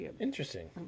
Interesting